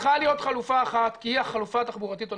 צריכה להיות חלופה אחת כי היא החלופה התחבורתית הנכונה.